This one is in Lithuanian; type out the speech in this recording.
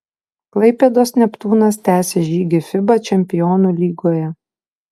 klaipėdos neptūnas tęsia žygį fiba čempionų lygoje